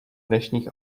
dnešních